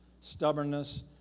stubbornness